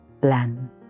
plan